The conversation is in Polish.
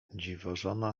dziwożona